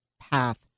path